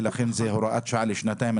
ולכן זאת הוראת שעה לשנתיים.